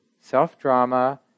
self-drama